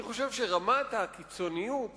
אני חושב שרמת הקיצוניות